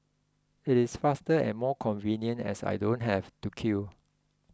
it is faster and more convenient as I don't have to queue